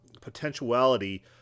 potentiality